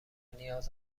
نیاز